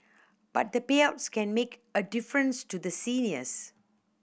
but the payouts can make a difference to the seniors